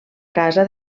casa